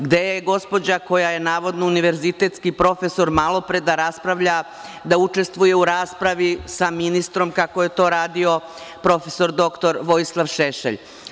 Gde je gospođa, koja je navodno univerzitetski profesor, malo pre da raspravlja, da učestvuje u raspravi sa ministrom kako je to radio profesor doktor Vojislav Šešelj?